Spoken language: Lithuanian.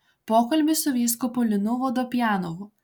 pokalbis su vyskupu linu vodopjanovu